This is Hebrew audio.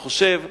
אני חושב,